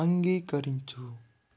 అంగీకరించు